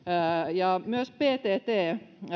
myös ptt